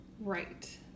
Right